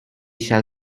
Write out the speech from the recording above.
shall